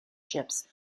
chips